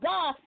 God